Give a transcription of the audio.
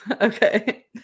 Okay